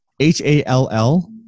H-A-L-L